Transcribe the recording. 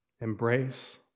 Embrace